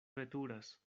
veturas